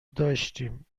داشتیم